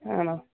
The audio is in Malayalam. ആണോ